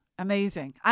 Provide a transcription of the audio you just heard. Amazing